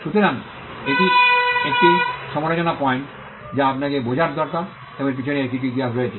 সুতরাং এটি একটি সমালোচনা পয়েন্ট যা আপনাকে বোঝার দরকার এবং এর পিছনে এর কিছু ইতিহাস রয়েছে